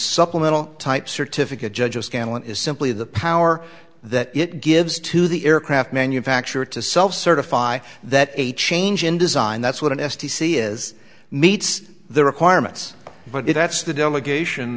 supplemental type certificate judges scanlan is simply the power that it gives to the aircraft manufacturer to solve certify that a change in design that's what an s t c is meets the requirements but if that's the delegation